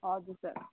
हजुर सर